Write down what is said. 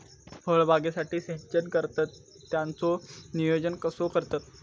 फळबागेसाठी सिंचन करतत त्याचो नियोजन कसो करतत?